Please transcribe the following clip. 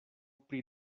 pri